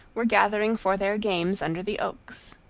were gathering for their games under the oaks.